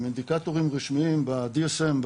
הם אינדיקטורים רשמיים ב DSM,